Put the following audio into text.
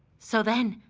so then,